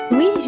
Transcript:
Oui